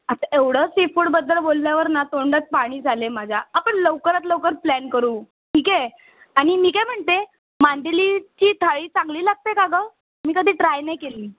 आता एवढं सीफूडबद्दल बोलल्यावर ना तोंडात पाणीच आलं आहे माझ्या आपण लवकरात लवकर प्लॅन करू ठीक आहे आणि मी काय म्हणते मांदेलीची थाळी चांगली लागते का गं मी कधी ट्राय नाही केली